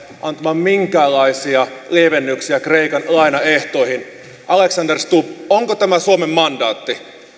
antamaan minkäänlaisia lievennyksiä kreikan lainaehtoihin alexander stubb onko tämä suomen mandaatti